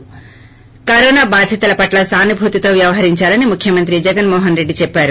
ి కరోనా బాధితులపట్ల సానుభూతితో వ్యవహరించాలని ముఖ్యమంత్రి జగన్మోహన్రెడ్డి చెప్పారు